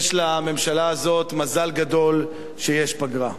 יש לממשלה הזאת מזל גדול שיש פגרה.